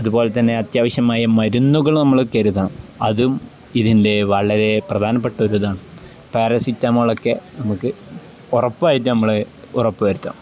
അതുപോലെ തന്നെ അത്യാവശ്യമായ മരുന്നുകൾ നമ്മള് കരുതണം അതും ഇതിൻ്റെ വളരെ പ്രധാനപ്പെട്ടൊരു ഇതാണ് പാരസിറ്റമോളൊക്കെ നമുക്ക് ഉറപ്പായിട്ട് നമ്മള് ഉറപ്പു വരുത്തുക